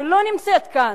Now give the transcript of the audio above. שלא נמצאת כאן,